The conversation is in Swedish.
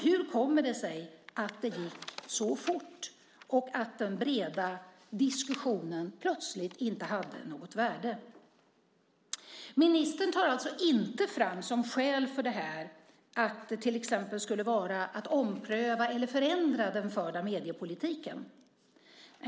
Hur kommer det sig att det gick så fort och att den breda diskussionen plötsligt inte hade något värde? Ministern tar alltså inte fram att ett skäl för detta till exempel skulle vara att ompröva eller förändra den förda mediepolitiken.